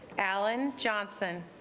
alan johnson